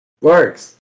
works